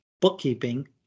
bookkeeping